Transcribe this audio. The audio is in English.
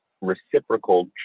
reciprocal